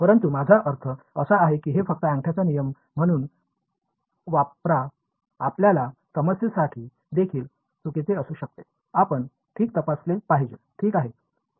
परंतु माझा अर्थ असा आहे की हे फक्त अंगठाचा नियम म्हणून वापरा आपल्या समस्येसाठी देखील चुकीचे असू शकते आपण ठीक तपासले पाहिजे ठीक आहे